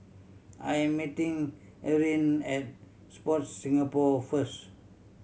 I am meeting Eryn at Sport Singapore first